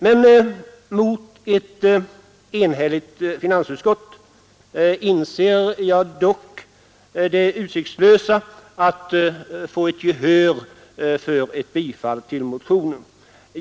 Jag inser dock det utsiktslösa i att mot ett enhälligt finansutskott få gehör för ett yrkande om bifall till motionen.